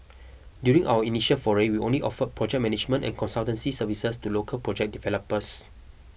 during our initial foray we only offered project management and consultancy services to local project developers